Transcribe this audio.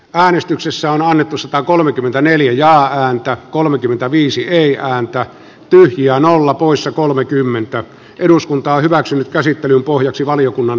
anestyksessä on annettu satakolmekymmentäneljä haanpää kolmekymmentäviisi ei halua antaa turhia nolla jari lindströmin ehdotuksesta äänestetään valiokunnan ehdotusta vastaan